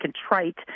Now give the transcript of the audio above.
contrite